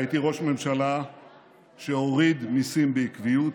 הייתי ראש ממשלה שהוריד מיסים בעקביות,